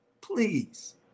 Please